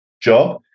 job